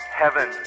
heaven